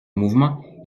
mouvement